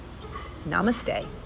Namaste